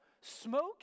Smoke